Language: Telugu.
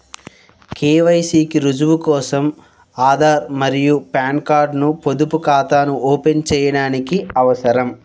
కె.వై.సి కి రుజువు కోసం ఆధార్ మరియు పాన్ కార్డ్ ను పొదుపు ఖాతాను ఓపెన్ చేయడానికి అవసరం